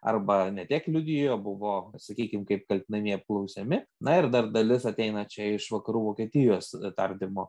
arba ne tiek liudijo buvo sakykim kaip kaltinamieji apklausiami na ir dar dalis ateina čia iš vakarų vokietijos tardymo